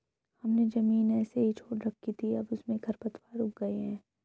हमने ज़मीन ऐसे ही छोड़ रखी थी, अब उसमें खरपतवार उग गए हैं